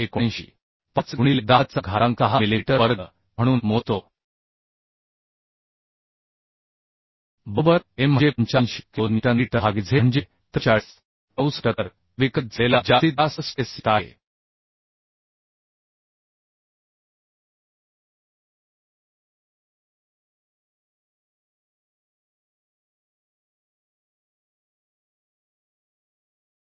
5 गुणिले 10 चा घातांक 6 मिलिमीटर वर्ग म्हणून मोजतो बरोबर mम्हणजे 85 किलो न्यूटन मीटर भागिले ze म्हणजे 43